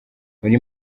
muri